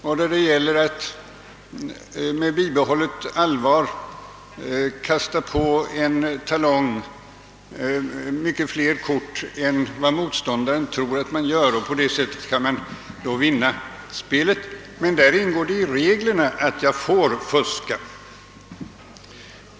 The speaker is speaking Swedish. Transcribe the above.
Det gäller där att med bibehållet allvar kasta på en talong många fler kort än vad motståndaren tror, och på det sättet kan man vinna spelet. Men där ingår det i reglerna att man får fuska.